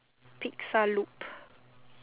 pixel loop